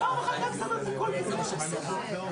לפתוח חלונות בקור הירושלמי על צלע ההר,